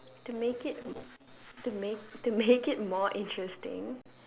to make it to make to make it more interesting